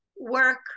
work